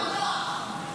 הוא קרא לו המנוח.